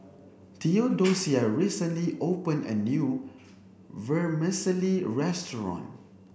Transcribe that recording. Theodocia recently opened a new vermicelli restaurant